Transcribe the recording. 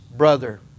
brother